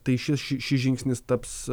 tai šis šis žingsnis taps